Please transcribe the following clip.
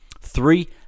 Three